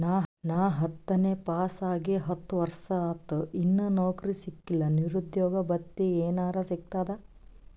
ನಾ ಹತ್ತನೇ ಪಾಸ್ ಆಗಿ ಹತ್ತ ವರ್ಸಾತು, ಇನ್ನಾ ನೌಕ್ರಿನೆ ಸಿಕಿಲ್ಲ, ನಿರುದ್ಯೋಗ ಭತ್ತಿ ಎನೆರೆ ಸಿಗ್ತದಾ?